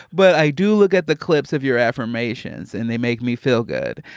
but i do look at the clips of your affirmations and they make me feel good.